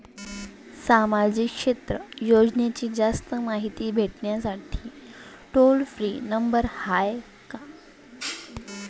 सामाजिक क्षेत्र योजनेची जास्त मायती भेटासाठी टोल फ्री नंबर हाय का?